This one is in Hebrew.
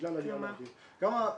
בגלל העלייה לאוויר --- למה?